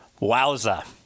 Wowza